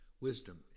wisdom